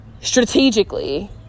strategically